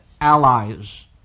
allies